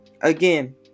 again